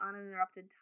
uninterrupted